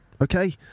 okay